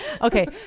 okay